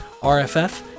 RFF